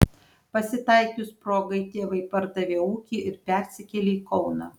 pasitaikius progai tėvai pardavė ūkį ir persikėlė į kauną